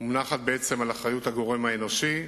שלהן היא בעצם באחריות הגורם האנושי,